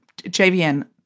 JVN